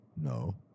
No